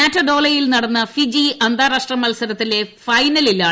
നാറ്റഡോളയിൽ നടന്ന ഫിജി അന്താരാഷ്ട്ര മത്സരത്തിലെ ഫൈനലിലാണ്